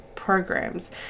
programs